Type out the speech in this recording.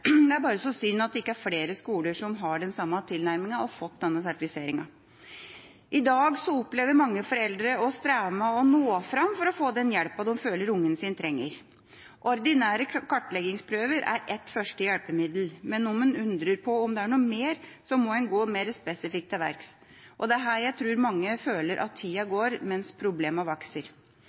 det er bare så synd at det ikke er flere skoler som har den samme tilnærminga, og som har fått denne sertifiseringa. I dag opplever mange foreldre å streve med å nå fram for å få den hjelpen de føler ungen deres trenger. Ordinære kartleggingsprøver er et første hjelpemiddel, men om en lurer på om det er noe mer, må en gå mer spesifikt til verks. Det er her jeg tror mange føler at tida går mens